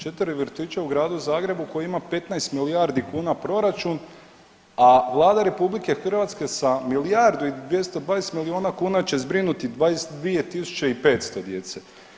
4 vrtića u Gradu Zagrebu koji ima 15 milijardi kuna proračun, a Vlada RH sa milijardu i 220 miliona kuna će zbrinuti 22.500 djece.